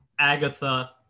Agatha